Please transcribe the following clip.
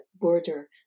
border